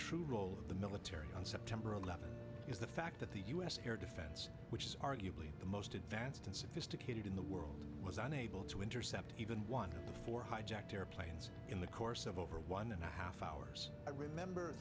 true role of the military on september eleventh is the fact that the u s air defense which is arguably the most advanced and sophisticated in the world was unable to intercept even one of the four hijacked airplanes in the course of over one and a half hours i remember